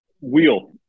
wheel